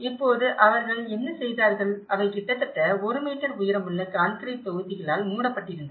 இப்போது அவர்கள் என்ன செய்தார்கள் அவை கிட்டத்தட்ட 1 மீட்டர் உயரமுள்ள கான்கிரீட் தொகுதிகளால் மூடப்பட்டிருந்தன